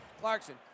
Clarkson